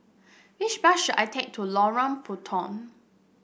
which bus should I take to Lorong Puntong